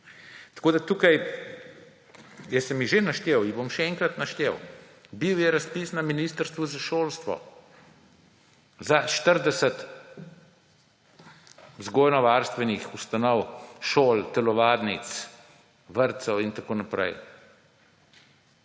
tako naprej. Jaz sem jih že naštel, jih bom še enkrat našte Bil je razpis na Ministrstvu za šolstvo za 40 vzgojno-varstvenih ustanov, šol, telovadnic, vrtcev in tako naprej.